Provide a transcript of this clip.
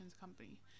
company